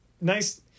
nice